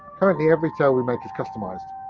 currently, every tail we make is customised,